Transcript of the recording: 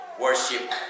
worship